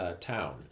town